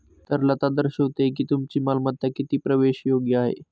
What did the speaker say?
तरलता दर्शवते की तुमची मालमत्ता किती प्रवेशयोग्य आहे